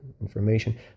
information